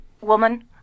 woman